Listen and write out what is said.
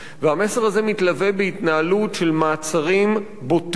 המסר הזה מתלווה בהתנהלות של מעצרים בוטים,